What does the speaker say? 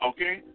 Okay